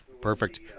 perfect